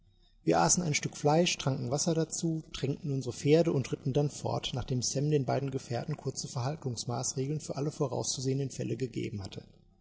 wir aßen ein stück fleisch tranken wasser dazu tränkten unsere pferde und ritten dann fort nachdem sam den beiden gefährten kurze verhaltungsmaßregeln für alle vorauszusehenden fälle gegeben hatte